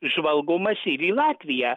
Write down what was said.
žvalgomasi ir į latviją